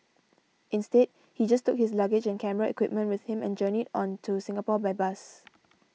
instead he just took his luggage and camera equipment with him and journeyed on to Singapore by bus